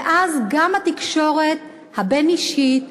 ואז גם התקשורת הבין-אישית,